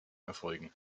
erfolgen